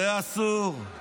זה, אסור.